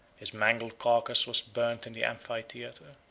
his mangled carcass was burnt in the amphitheatre,